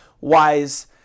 wise